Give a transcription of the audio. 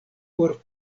por